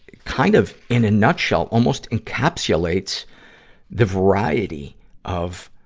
kind of in a nutshell, almost encapsulates the variety of,